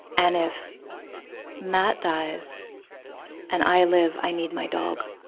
and if matt dies and i live, i need my dog.